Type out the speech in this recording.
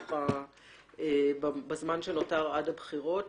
במהלך פגרת הבחירות,